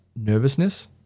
nervousness